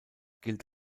gilt